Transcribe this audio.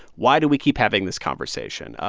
why do we keep having this conversation?